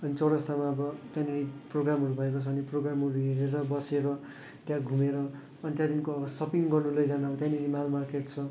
अनि चौरस्तामा अब त्यहाँनिर प्रोग्रामहरू भएको छ भने प्रोग्रामहरू हेरेर बसेर त्यहाँ घुमेर अनि त्यहाँदेखिको सपिङ गर्नु लैजानु त्यहाँनिर माल मार्केट छ